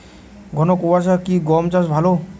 ঘন কোয়াশা কি গম চাষে ভালো?